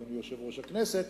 אדוני יושב-ראש הכנסת,